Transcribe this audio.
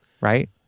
right